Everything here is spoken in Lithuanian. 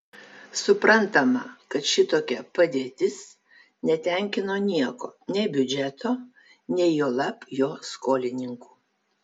suprantama kad šitokia padėtis netenkino nieko nei biudžeto nei juolab jo skolininkų